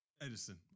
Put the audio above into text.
Edison